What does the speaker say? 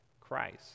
Christ